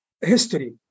history